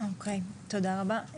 תודה רבה.